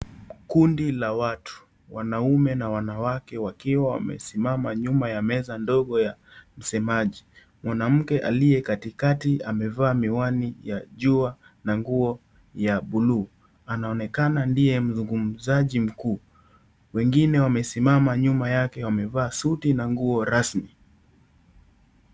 Kundi la watu, wanaume na wanawake wakiwa wamesimama nyuma ya meza ndogo ya msemaji. Mwanamke aliye katikati amevaa miwani ya jua na nguo ya bluu. Anaonekana ndiye mzungumzaji mkuu. Wengine wamesimama nyuma yake wamevaa suti na nguo rasmi.